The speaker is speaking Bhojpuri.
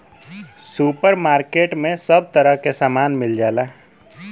सुपर मार्किट में सब तरह के सामान मिल जाला